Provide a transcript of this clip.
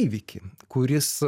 įvykį kuris